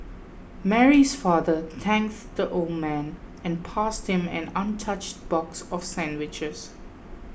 Mary's father thanked the old man and passed him an untouched box of sandwiches